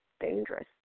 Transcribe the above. dangerous